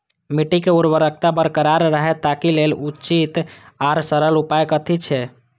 मिट्टी के उर्वरकता बरकरार रहे ताहि लेल उचित आर सरल उपाय कथी छे?